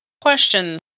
Question